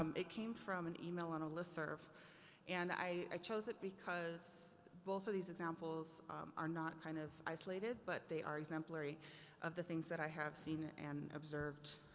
um it came from an e-mail on a listserv and i, i chose it because both of these examples are not kind of isolated but they are exemplary of the things that i have seen and observed